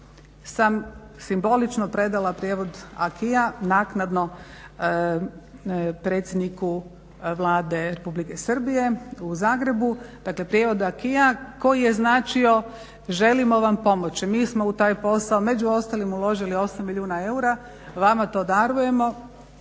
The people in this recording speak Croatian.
sam simbolično predala prijevod acquisa naknadno predsjedniku Vlade Republike Srbije u Zagrebu. Dakle prijevod acquisa koji je značio želimo vam pomoći. Mi smo u taj posao među ostalim uložili 8 milijuna eura, vama to darujemo